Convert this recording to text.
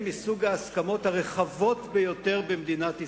היא מסוג ההסכמות הרחבות ביותר במדינת ישראל.